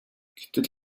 гэтэл